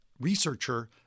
researcher